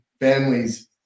families